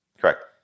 Correct